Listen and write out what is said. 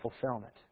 fulfillment